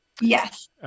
Yes